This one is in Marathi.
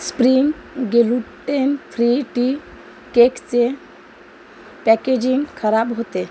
स्प्रिंग गेलूटेन फ्री टी केकचे पॅकेजिंग खराब होते